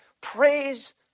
praise